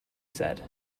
said